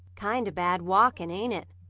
kind of bad walking, ain't it?